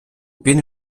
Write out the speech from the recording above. він